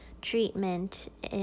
treatment